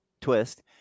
twist